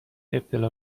ابتلا